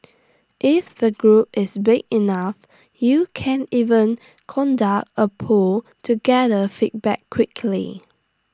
if the group is big enough you can even conduct A poll to gather feedback quickly